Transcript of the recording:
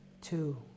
two